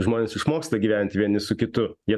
žmonės išmoksta gyventi vieni su kitu jie